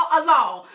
alone